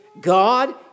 God